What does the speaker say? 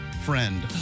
friend